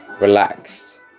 relaxed